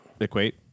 equate